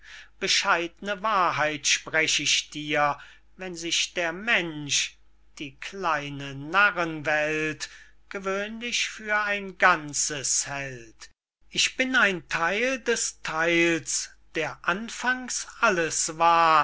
bescheidne wahrheit sprech ich dir wenn sich der mensch die kleine narrenwelt gewöhnlich für ein ganzes hält ich bin ein theil des theils der anfangs alles war